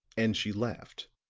and she laughed.